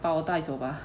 把我带走吧